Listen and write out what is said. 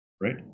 right